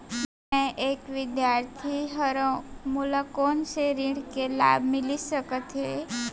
मैं एक विद्यार्थी हरव, मोला कोन से ऋण के लाभ मिलिस सकत हे?